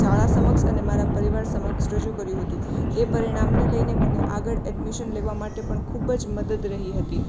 શાળા સમક્ષ અને મારા પરિવાર સમક્ષ રજૂ કર્યું હતું એ પરીણામને લઇને મને આગળ એડમિશન લેવા માટે પણ ખૂબ જ મદદ રહી હતી